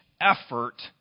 effort